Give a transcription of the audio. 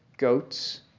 goats